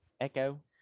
echo